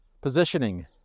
positioning